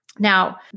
Now